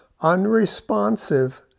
unresponsive